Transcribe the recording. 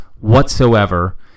whatsoever